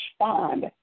respond